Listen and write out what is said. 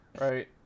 right